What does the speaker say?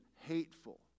hateful